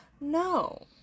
no